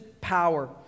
power